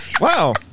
wow